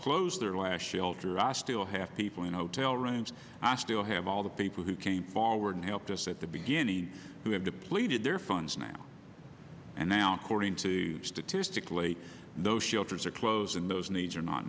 closed their last shelter i still have people in hotel rooms i still have all the people who came forward and helped us at the beginning who have depleted their funds now and now according to statistically those shelters are closing those needs are not